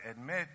admit